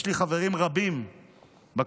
יש לי חברים רבים בקואליציה: